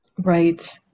Right